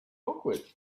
awkward